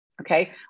okay